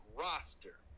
roster